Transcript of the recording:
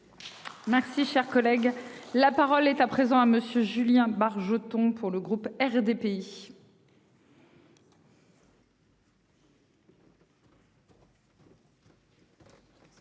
Merci, cher collègue, la parole est à présent à monsieur Julien Bargeton pour le groupe RDPI.